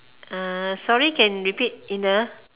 uh sorry can repeat in a